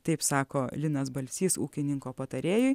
taip sako linas balsys ūkininko patarėjui